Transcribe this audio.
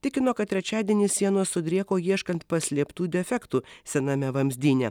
tikino kad trečiadienį sienos sudrėko ieškant paslėptų defektų sename vamzdyne